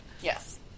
Yes